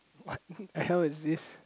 the hell is this